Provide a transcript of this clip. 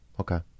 okay